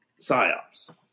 PsyOps